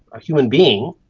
a human being,